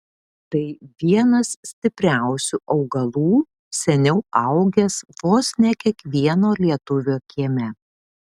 tai vienas stipriausių augalų seniau augęs vos ne kiekvieno lietuvio kieme